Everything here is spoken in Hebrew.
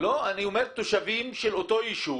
לא, אני אומר תושבים של אותו יישוב